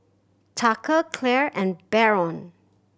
Tucker Clair and Baron